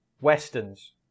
Westerns